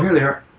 yeah they're